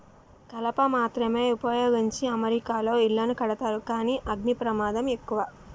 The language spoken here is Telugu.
కలప మాత్రమే వుపయోగించి అమెరికాలో ఇళ్లను కడతారు కానీ అగ్ని ప్రమాదం ఎక్కువ